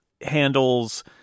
handles